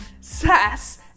sass